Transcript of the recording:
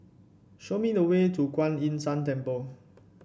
show me the way to Kuan Yin San Temple